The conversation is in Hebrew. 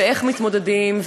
ואיך מתמודדים,